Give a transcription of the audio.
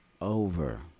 over